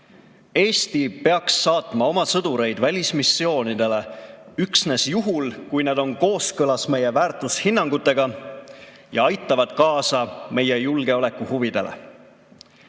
Eesti peaks saatma oma sõdureid välismissioonidele üksnes juhul, kui need on kooskõlas meie väärtushinnangutega ja aitavad kaasa meie julgeolekuhuvidele.